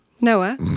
Noah